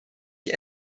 ich